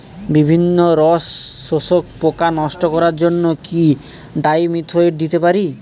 বিভিন্ন রস শোষক পোকা নষ্ট করার জন্য কি ডাইমিথোয়েট দিতে পারি?